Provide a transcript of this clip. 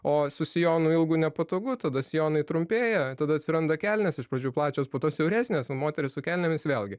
o su sijonu ilgu nepatogu tada sijonai trumpėja tada atsiranda kelnės iš pradžių plačios po to siauresnės moterys su kelnėmis vėlgi